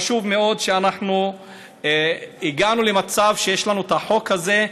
חשוב מאוד שהגענו למצב שיש לנו את החוק הזה,